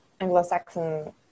Anglo-Saxon